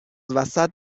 وسط